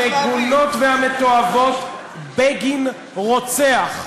המגונות והמתועבות "בגין רוצח".